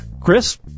Chris